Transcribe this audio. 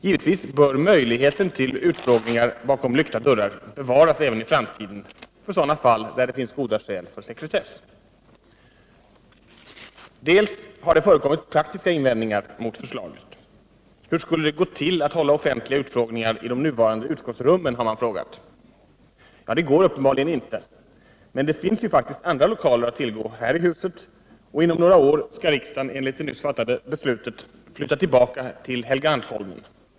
Givetvis bör möjligheten till utfrågningar bakom lyckta dörrar bevaras även i framtiden för sådana fall där det finns goda skäl för sekretess. Dels har det förekommit praktiska invändningar mot förslaget. Hur skulle det gå till att hålla offentliga utfrågningar i de nuvarande utskottsrummen? har man frågat. Ja, det går uppenbarligen inte. Men det finns ju faktiskt andra lokaler att tillgå här i huset, och inom några år skall riksdagen enligt det nyss fattade beslutet flytta tillbaka till Helgeandsholmen.